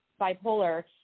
bipolar